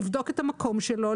לבדוק את המקום שלו,